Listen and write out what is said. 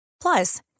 Plus